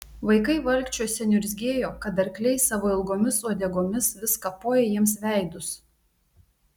vaikai valkčiuose niurzgėjo kad arkliai savo ilgomis uodegomis vis kapoja jiems veidus